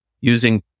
using